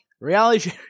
Reality